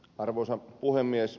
arvoisa puhemies